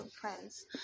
friends